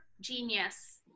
genius